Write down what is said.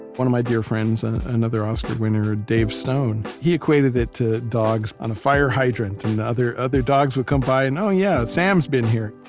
one of my dear friends, and another oscar winner, dave stone, he equated it to dogs on a fire hydrant. and other other dogs would come by and oh yeah, sam's been here.